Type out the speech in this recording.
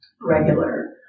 regular